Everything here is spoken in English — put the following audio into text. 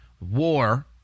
war